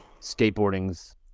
skateboarding's